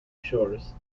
shores